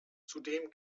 zudem